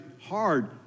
hard